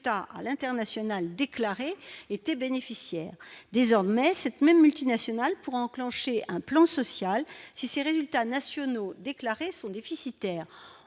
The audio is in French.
à l'international, déclaré était bénéficiaire désormais cette même multinationale pour enclencher un plan social, si ces résultats nationaux déclarés sont déficitaires,